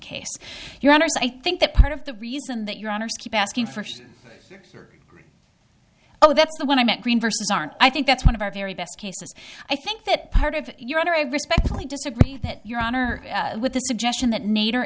case your honor so i think that part of the reason that your honors keep asking for oh that's the one i meant green versus aren't i think that's one of our very best cases i think that part of your honor i respectfully disagree that your honor with the suggestion that nader